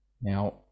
now